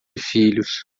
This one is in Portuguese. filhos